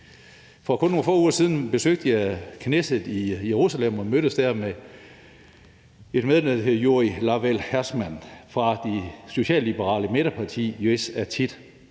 For kun få uger siden besøgte jeg Knesset i Jerusalem og mødtes der med et medlem, der hedder Yorav Lahav-Hertzano fra det socialliberale midterparti Yesh Atid.